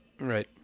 Right